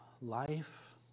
Life